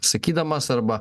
sakydamas arba